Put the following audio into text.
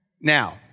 Now